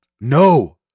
No